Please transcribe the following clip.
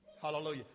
Hallelujah